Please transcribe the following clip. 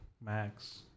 max